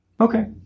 okay